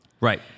Right